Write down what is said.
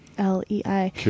L-E-I